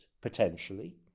potentially